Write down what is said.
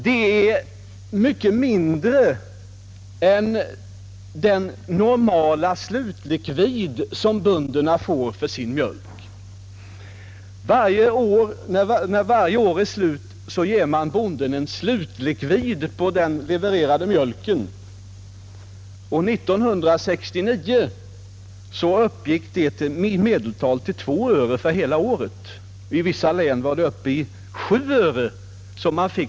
Det är mycket mindre än den normala slutlikvid som bönderna får för sin mjölk. Vid slutet av varje år ger man jordbrukaren en slutlikvid för den levererade mjölken, och 1969 uppgick den till i medeltal 2 öre för hela riket. I vissa län fick man ända upp till 7 öre i efterlikvid.